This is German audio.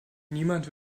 niemand